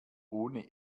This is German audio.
ohne